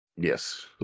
Yes